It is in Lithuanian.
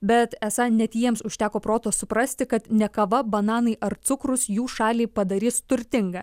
bet esą net jiems užteko proto suprasti kad ne kava bananai ar cukrus jų šalį padarys turtingą